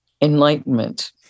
enlightenment